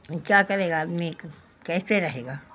کیا کرے گا آدمی کیسے رہے گا